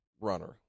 runner